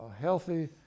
healthy